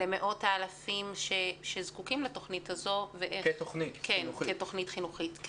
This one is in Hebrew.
למאות האלפים שזקוקים לתוכנית הזאת כתוכנית חינוכית.